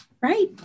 right